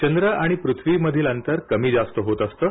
चंद्र आणि पृथ्वी मधील अंतर कमी जास्त होत असतं